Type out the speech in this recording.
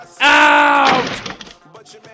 out